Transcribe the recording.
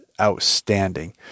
outstanding